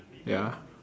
ya